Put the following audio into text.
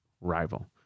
Rival